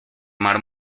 mar